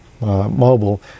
mobile